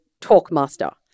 Talkmaster